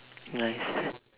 nice